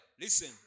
listen